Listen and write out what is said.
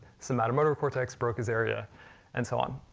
so motor motor cortex, broca's area and so on.